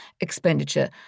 expenditure